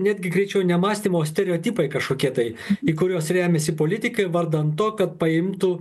netgi greičiau nemąstymo stereotipai kažkokie tai į kuriuos remiasi politikai vardan to kad paimtų